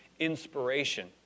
inspiration